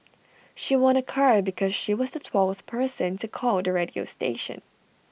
she won A car because she was the twelfth person to call the radio station